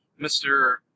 Mr